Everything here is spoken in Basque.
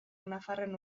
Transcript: nafarren